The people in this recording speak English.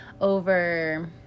over